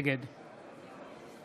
נגד